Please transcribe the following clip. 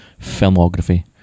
filmography